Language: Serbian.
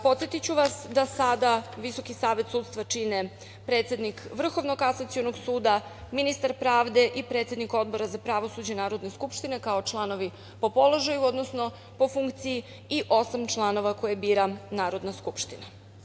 Podsetiću vas da sada Visoki savet sudstva čine predsednik Vrhovnog kasacionog suda, ministar pravde i predsednik Odbora za pravosuđe Narodne skupštine kao članovi po položaju, odnosno po funkciji i osam članova koje bira Narodna skupština.